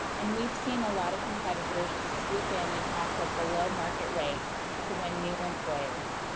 and we've seen a lot of competitors just swoop in and offer below market rates to win new employers.